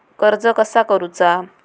कर्ज कसा करूचा?